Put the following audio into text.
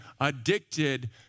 addicted